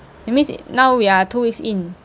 that means now we are two weeks in